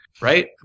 Right